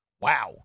wow